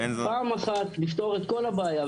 פעם אחת לפתור את כל הבעיה.